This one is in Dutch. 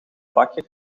bakker